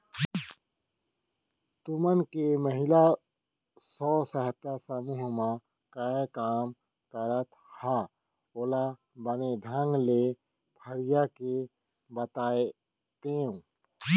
तुमन के महिला स्व सहायता समूह म काय काम करत हा ओला बने ढंग ले फरिया के बतातेव?